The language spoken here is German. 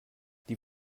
die